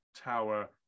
tower